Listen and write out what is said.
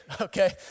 okay